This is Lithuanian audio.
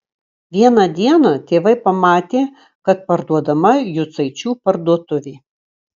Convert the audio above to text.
vieną dieną tėvai pamatė kad parduodama jucaičių parduotuvė